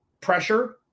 pressure